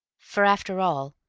for, after all,